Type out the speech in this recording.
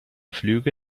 flüge